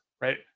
right